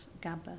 GABA